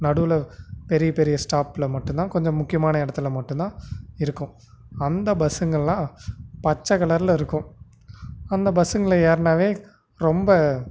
நடுவில் பெரிய பெரிய ஸ்டாப்பில் மட்டும்தான் கொஞ்சம் முக்கியமான இடத்துல மட்டும்தான் இருக்கும் அந்த பஸ்ஸுங்கெல்லாம் பச்சை கலரில் இருக்கும் அந்த பஸ்ஸுங்களில் ஏறினாலே ரொம்ப